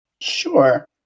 Sure